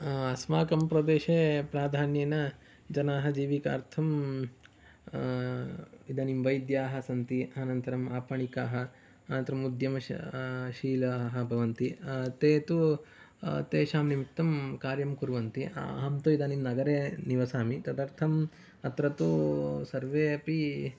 अस्माकं प्रदेशे प्राधान्येन जनाः जीविकार्थम् इदानीं वैद्याः सन्ति अनन्तरम् आपणिकाः अनन्तरम् उद्यम शीलाः भवन्ति ते तु तेषां निमित्तं कार्यं कुर्वन्ति अहं तु इदानीं नगरे निवसामि तदर्थम् अत्र तु सर्वे अपि